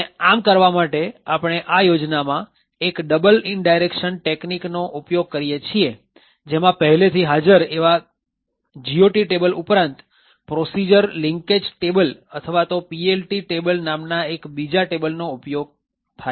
અને આમ કરવા માટે આપણે આ યોજનામાં એક ડબલ ઇનડાયરેકશન ટેકનિક નો ઉપયોગ કરીએ છીએ જેમાં પહેલેથી હાજર એવા GOT ટેબલ ઉપરાંત પ્રોસીઝર લિન્કેજ ટેબલ અથવા તો PLT ટેબલ નામના એક બીજા ટેબલનો ઉપયોગ થાય છે